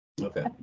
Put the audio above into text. Okay